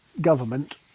government